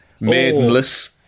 Maidenless